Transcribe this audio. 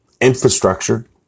infrastructure